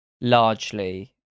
largely